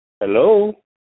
Hello